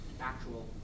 actual